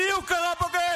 לי הוא קרא בוגד?